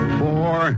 four